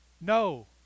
no